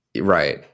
Right